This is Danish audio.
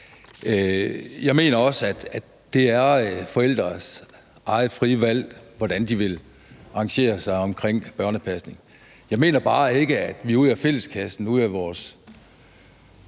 Jeg mener også, at det er forældres eget frie valg, hvordan de vil arrangere sig omkring børnepasning. Jeg mener bare ikke, at vi ud af fælleskassen, ud af vores